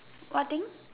what thing